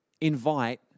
invite